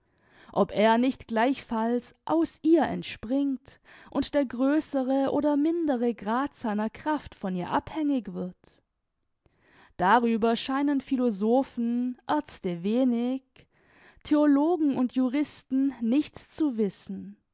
ob er nicht gleichfalls aus ihr entspringt und der größere oder mindere grad seiner kraft von ihr abhängig wird darüber scheinen philosophen aerzte wenig theologen und juristen nichts zu wissen